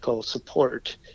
support